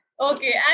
Okay